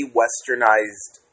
westernized